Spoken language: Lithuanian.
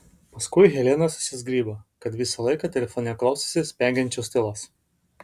paskui helena susizgribo kad visą laiką telefone klausosi spengiančios tylos